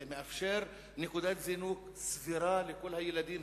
זה מאפשר נקודת זינוק סבירה לכל הילדים,